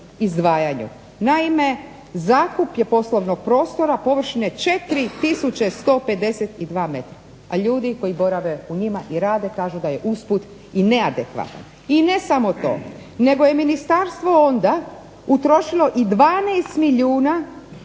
izdvajaju, naime, zakup je poslovnog prostora površine 4152 metra, a ljudi koji borave u njima i rade kažu da je usput i neadekvatan. I ne samo to, nego je Ministarstvo onda utrošilo 12,5 milijuna